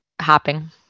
Hopping